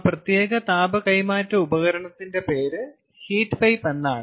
ആ പ്രത്യേക താപ കൈമാറ്റ ഉപകരണത്തിന്റെ പേര് ഹീറ്റ് പൈപ്പ് എന്നാണ്